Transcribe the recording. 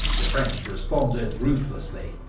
the french responded ruthlessly,